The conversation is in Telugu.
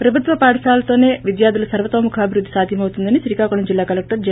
ప్రభుత్వ పాఠశాలలతోసే విద్యార్ధుల సర్వతోముఖాభివృద్ది సాధ్యమౌతుందని శ్రీకాకుళం జిల్లా కలెక్షర్ జే